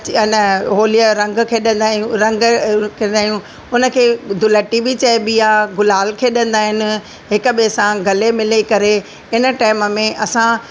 अच हेन होलीअ रंग खेॾंदा आहियूं रंग खेॾंदा आहियूं उनखे धुल्लडी बि चएबी आहे गुलाल खेॾंदा आहिनि हिक ॿिए सां गले मिली करे इन टेम में असां